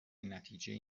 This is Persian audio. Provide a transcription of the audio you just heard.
نتیجهای